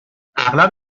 اغلب